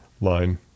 line